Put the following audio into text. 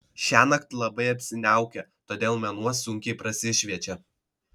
šiąnakt labai apsiniaukę todėl mėnuo sunkiai prasišviečia